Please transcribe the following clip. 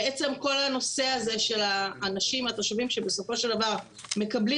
כל הנושא של התושבים שבסופו של דבר מקבלים